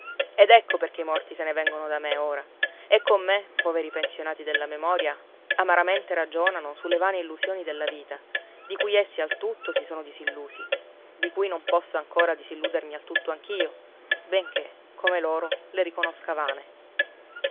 ed ecco perché i morti se ne vengono da me ora e con me poveri pensionati della memoria amaramente ragionano su le vane illusioni della vita di cui essi al tutto si sono disillusi di cui non posso ancora disilludermi al tutto anch'io benché come loro le riconosca vane